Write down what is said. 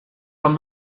from